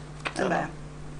אין בעיה.